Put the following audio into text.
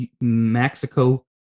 Mexico